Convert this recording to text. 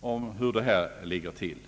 om hur detta ligger till.